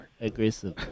Aggressive